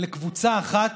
לקבוצה אחת,